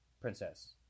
Princess